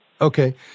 Okay